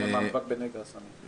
ועדה לנגע הסמים.